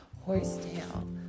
horsetail